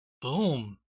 Boom